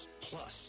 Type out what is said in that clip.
Plus